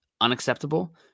unacceptable